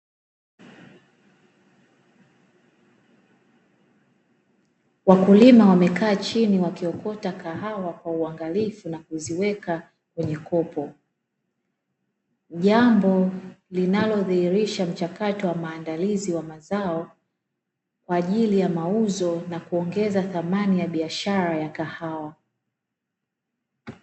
Wakulima wamekaa chini wakiokota kahawa kwa uangalifu na kuziweka kwenye kopo, jambo linalodhihirisha mchakato wa maandalizi wa mazao kwa ajili ya mauzo na kuongeza thamani ya biashara ya kahawa.